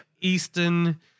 eastern